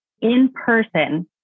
in-person